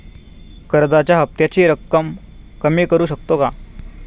कर्जाच्या हफ्त्याची रक्कम कमी करू शकतो का?